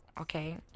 Okay